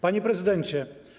Panie Prezydencie!